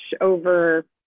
over